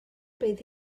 bydd